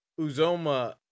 Uzoma